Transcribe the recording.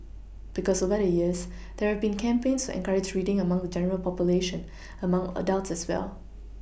because over the years there have been campaigns to encourage reading among the general population among adults as well